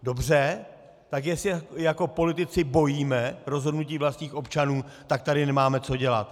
Dobře, jestli se jako politici bojíme rozhodnutí vlastních občanů, tak tady nemáme co dělat.